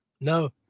No